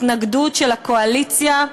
התנגדות של הקואליציה.